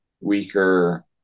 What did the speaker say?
weaker